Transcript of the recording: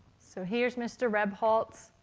so here's mr. rebholz.